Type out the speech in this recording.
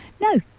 No